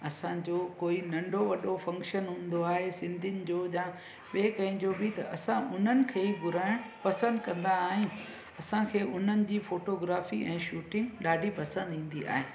असांजो कोई नंढो वॾो फ़ंक्शन हूंदो आहे सिंधियुनि जो या ॿिए कंहिंजो बि त असां उन्हनि खे ई घुराइण पसंदि कंदा आहिनि असांखे उन्हनि जी फ़ोटोग्राफी ऐं शूटिंग ॾाढी पसंदि ईंदी आहे